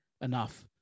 enough